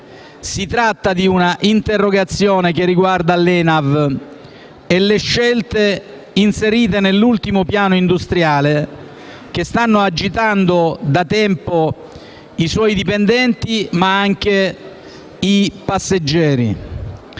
Si tratta di un'interrogazione che riguarda l'ENAV e le scelte dell'ultimo piano industriale, che stanno agitando da tempo i suoi dipendenti, ma anche i passeggeri.